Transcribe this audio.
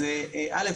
אז ראשית,